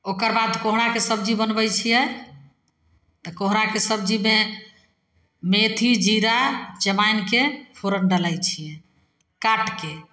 ओकर बाद कोहराके सब्जी बनबै छियै तऽ कोहराके सब्जीमे मेथी जीरा जमाइनके फोरन डालै छियै काटि कऽ